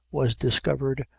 was discovered,